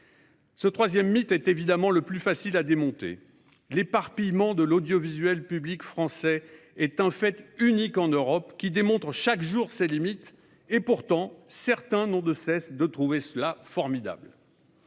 Ce troisième mythe est évidemment le plus facile à démonter. L'éparpillement de l'audiovisuel français est un fait unique en Europe. Il montre chaque jour ses limites. Pourtant, certains n'ont de cesse de trouver cela formidable.